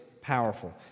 powerful